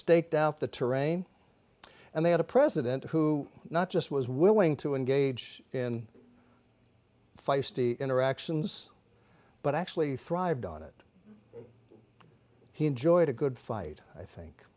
staked out the terrain and they had a president who not just was willing to engage in feisty interactions but actually thrived on it he enjoyed a good fight i think